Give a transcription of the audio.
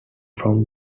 from